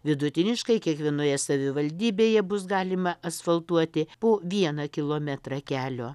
vidutiniškai kiekvienoje savivaldybėje bus galima asfaltuoti po vieną kilometrą kelio